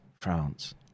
France